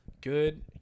good